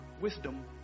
wisdom